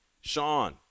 Sean